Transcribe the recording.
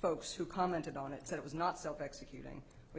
folks who commented on it said it was not self executing with